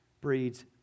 breeds